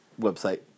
website